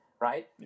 right